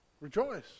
Rejoice